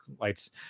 lights